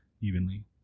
evenly